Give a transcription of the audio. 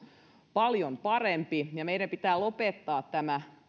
paljon parempi ja meidän pitää lopettaa tämä